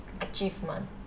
achievement